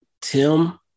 Tim